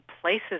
places